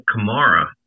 Kamara